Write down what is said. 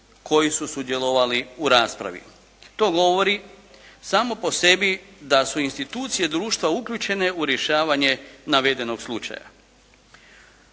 koji su sudjelovali u raspravi. To govori samo po sebi da su institucije društva uključene u rješavanje navedenog slučaja.